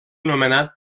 nomenat